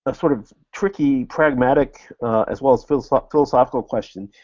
sort of tricky pragmatic as well as philosophical philosophical question.